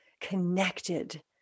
connected